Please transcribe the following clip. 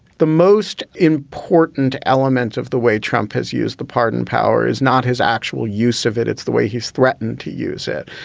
the most important element of the way trump has used the pardon power is not his actual use of it. it's the way he's threatened to use it,